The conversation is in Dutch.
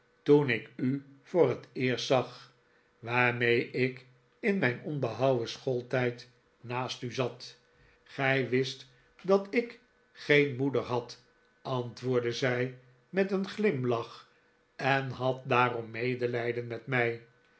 toen ik u voor het eerst zag waarmee ik in mijn onbehouwen schooltijd naast u zat gij wist dat ik geen moeder had antwoordde zij met een glimlach en hadt daarom medelijden met mij